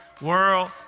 world